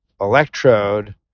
electrode